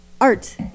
art